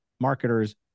marketers